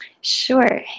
Sure